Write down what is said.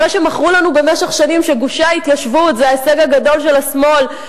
אחרי שמכרו לנו במשך שנים שגושי ההתיישבות הם ההישג הגדול של השמאל,